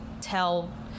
tell